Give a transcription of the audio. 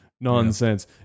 nonsense